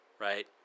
right